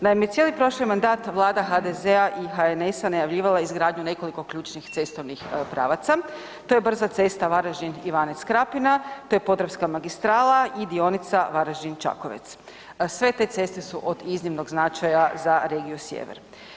Naime, cijeli prošli mandat Vlada HDZ-a i HNS-a najavljivala je izgradnju nekoliko ključnih cestovnih pravaca, to je brza cesta Varaždin-Ivanec-Krapina, to je Podravska magistrala i dionica Varaždin-Čakovec, sve te ceste su od iznimnog značaja za regiju Sjever.